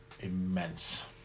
immense